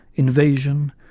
invasion,